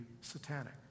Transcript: satanic